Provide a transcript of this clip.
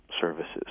services